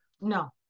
No